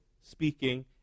speaking